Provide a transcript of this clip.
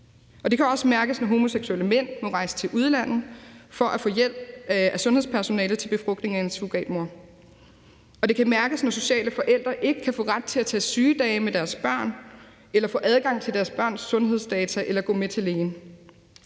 det kan mærkes, når homoseksuelle mænd må rejse til udlandet for at få hjælp af sundhedspersonalet til befrugtningen af en surrogatmor; og det kan også mærkes, når sociale forældre ikke kan få ret til at tage sygedage med deres børn, få adgang til deres børns sundhedsdata eller gå med til lægen.